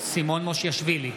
סימון מושיאשוילי,